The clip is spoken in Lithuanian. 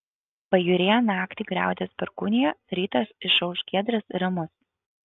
pajūryje naktį griaudės perkūnija rytas išauš giedras ir ramus